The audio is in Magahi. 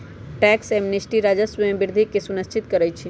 टैक्स एमनेस्टी राजस्व में वृद्धि के सुनिश्चित करइ छै